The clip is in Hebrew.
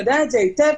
יודע את זה היטב.